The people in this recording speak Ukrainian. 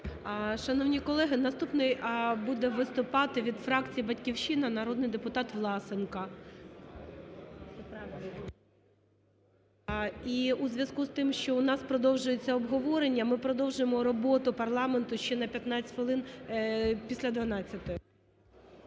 Шановні колеги, наступний буде виступати від фракції "Батьківщина" народний депутат Власенко. І у зв'язку з тим, що у нас продовжується обговорення, ми продовжуємо роботу парламенту ще на 15 хвилин після 12-ї.